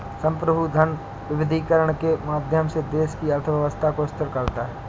संप्रभु धन विविधीकरण के माध्यम से देश की अर्थव्यवस्था को स्थिर करता है